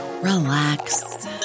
relax